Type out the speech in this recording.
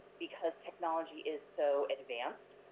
because technology is so advanced,